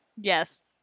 Yes